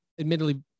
admittedly